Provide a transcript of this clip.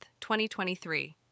2023